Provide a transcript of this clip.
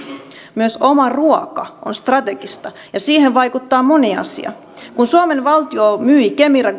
myös oma ruoka on strategista ja siihen vaikuttaa moni asia kun suomen valtio myi kemira